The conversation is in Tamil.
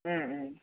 ம் ம்